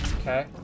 okay